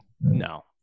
no